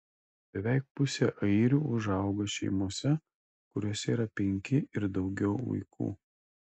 beveik pusė airių užauga šeimose kuriose yra penki ir daugiau vaikų